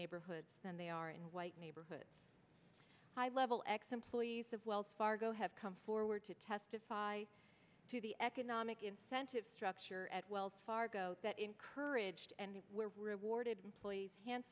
neighborhoods than they are in white neighborhoods high level employees of wells fargo have come forward to testify to the economic incentive structure at wells fargo that encouraged and rewarded employees hands